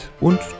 Und